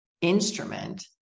instrument